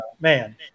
man